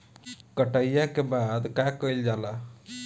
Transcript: कटिया के बाद का कइल जाला?